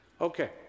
Okay